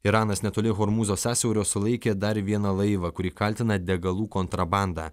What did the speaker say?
iranas netoli hormūzo sąsiaurio sulaikė dar vieną laivą kurį kaltina degalų kontrabandą